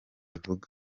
ivuga